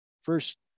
first